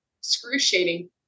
excruciating